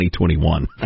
2021